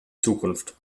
zukunft